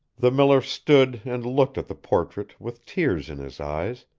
the miller stood and looked at the portrait with tears in his eyes,